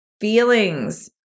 feelings